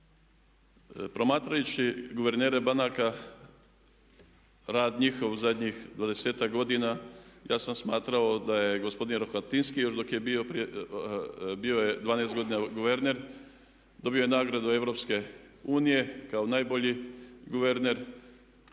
Promatrajući guvernere banaka, rad njihov u zadnjih 20-tak godina ja sam smatrao da je gospodin Rohatinski još dok je bio, bio je 12 godina guverner, dobio je nagradu Europske unije kao najbolji guverner.